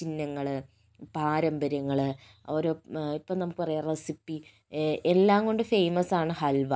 ചിഹ്നങ്ങള് പാരമ്പര്യങ്ങള് ഓരോ ഇപ്പോൾ നമ്മള് പറയാറ് ഉള്ള റെസിപ്പി എല്ലാം കൊണ്ടും ഫേമസ് ആണ് ഹൽവ